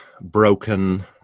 broken